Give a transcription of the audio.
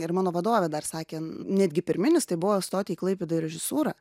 ir mano vadovė dar sakė netgi pirminis tai buvo stoti į klaipėdą į režisūrą